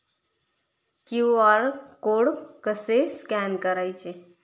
QR code कसे scan करायचे?